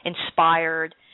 inspired